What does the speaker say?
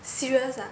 serious ah